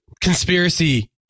conspiracy